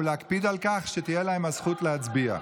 ולהקפיד על כך שתהיה להם הזכות להצביע.